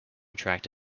attract